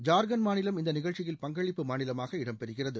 ஜார்க்கண்ட் மாநிலம் இந்த நிகழ்ச்சியில் பங்களிப்பு மாநிலமாக இடம்பெறுகிறது